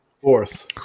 Fourth